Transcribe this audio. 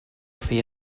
feia